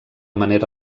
manera